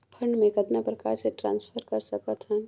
Fund मे कतना प्रकार से ट्रांसफर कर सकत हन?